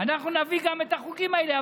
ואנחנו נביא גם את החוקים האלה.